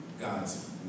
God's